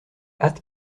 hâte